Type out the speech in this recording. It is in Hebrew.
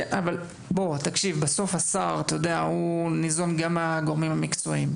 בסוף השר ניזון גם מהגורמים המקצועיים.